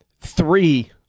three